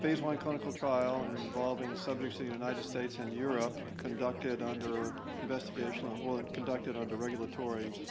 phase one clinical trial and involving subjects in the united states and europe conducted under investigational. well, and conducted under regulatory